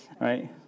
right